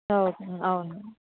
అవును అవును